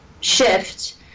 shift